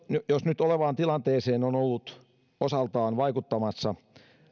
jos nyt olevaan tilanteeseen on ollut osaltaan vaikuttamassa